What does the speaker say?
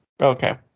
okay